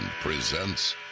presents